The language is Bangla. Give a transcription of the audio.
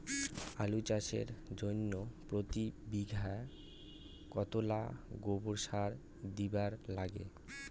আলু চাষের জইন্যে প্রতি বিঘায় কতোলা গোবর সার দিবার লাগে?